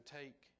take